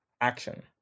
action